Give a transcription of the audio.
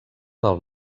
del